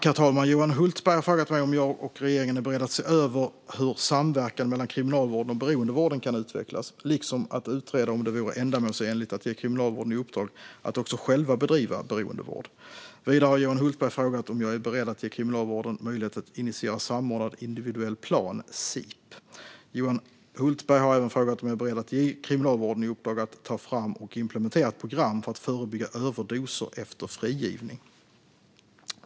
Herr talman! Johan Hultberg har frågat mig om jag och regeringen är beredda att se över hur samverkan mellan kriminalvården och beroendevården kan utvecklas, liksom att utreda om det vore ändamålsenligt att ge Kriminalvården i uppdrag att också själv bedriva beroendevård. Vidare har Johan Hultberg frågat om jag är beredd att ge Kriminalvården möjlighet att initiera samordnad individuell plan, SIP. Johan Hultberg har även frågat om jag är beredd att ge Kriminalvården i uppdrag att ta fram och implementera ett program för att förebygga överdoser efter frigivning.